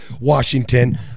Washington